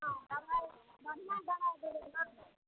हँ दवाइ बढ़िआँ दवाइ देबै ने